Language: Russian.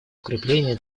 укрепления